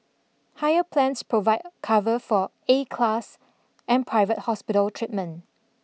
higher plans provide cover for A class and private hospital treatment